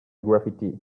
graffiti